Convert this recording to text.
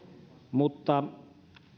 mutta